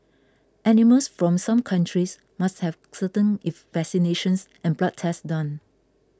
animals from some countries must have certain if vaccinations and blood tests done